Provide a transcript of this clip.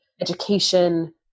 education